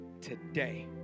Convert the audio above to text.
today